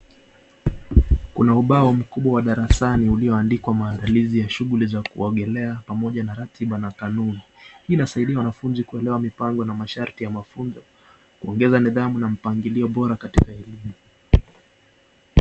Kuna ubao mkubwa darasani iliyoandikwa maandalizi ya shughuli za kuogelea, pamoja na ratiba na kanuni, hii inasaidia wanafunzi kielewa mipango na masharti ya ya mafunzo kuongeza nidhamu na